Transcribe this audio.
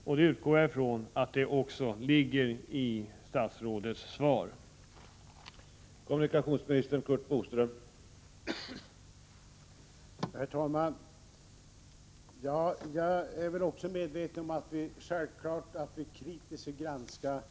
Jag utgår också ifrån att jag kan tolka statsrådets svar som att detta skall ske.